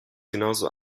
genauso